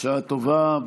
בשעה טובה.